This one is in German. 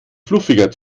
fluffiger